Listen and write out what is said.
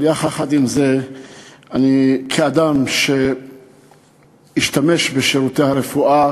אבל יחד עם זה אני, כאדם שהשתמש בשירותי הרפואה